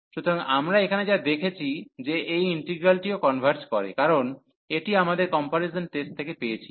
সুতরাং আমরা এখানে যা দেখেছি যে এই ইন্টিগ্রালটিও কনভার্জ করে কারণ এটি আমাদের কম্পারিজন টেস্ট থেকে পেয়েছি